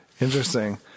Interesting